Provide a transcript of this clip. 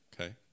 Okay